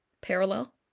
parallel